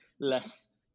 less